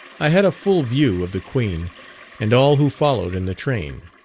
i had a full view of the queen and all who followed in the train.